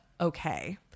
okay